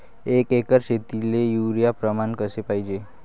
एक एकर शेतीले युरिया प्रमान कसे पाहिजे?